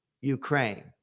Ukraine